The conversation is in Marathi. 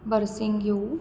बरसिंंग्यू